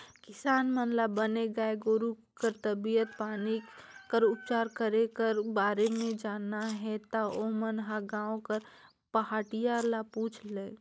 किसान मन ल बने गाय गोरु कर तबीयत पानी कर उपचार करे कर बारे म जानना हे ता ओमन ह गांव कर पहाटिया ल पूछ लय